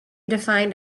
defined